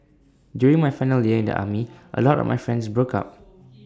during my final year in the army A lot of my friends broke up